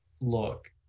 Look